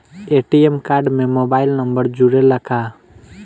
ATM card में mobile number जुरेला का?